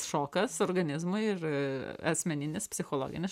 šokas organizmui ir asmeninis psichologinis